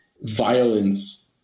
violence